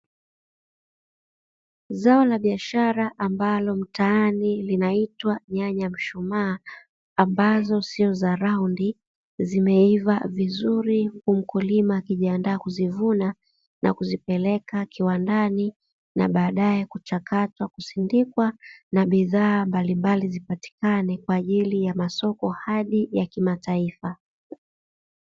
Zao la biashara ambalo mtaani linaitwa nyanya mshumaa ambazo sio za raundi zimeiva vizuri huku mkulima akijiandaa kuzivuna na kuzipeleka kiwandani na baadaye kuchakatwa kusindikwa na bidhaa mbalimbali zipatikane kwa ajili ya masoko hadi ya kimataifa